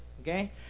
okay